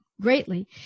greatly